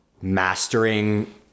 mastering